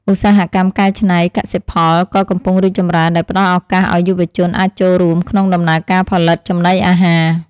ឧស្សាហកម្មកែច្នៃកសិផលក៏កំពុងរីកចម្រើនដែលផ្តល់ឱកាសឱ្យយុវជនអាចចូលរួមក្នុងដំណើរការផលិតចំណីអាហារ។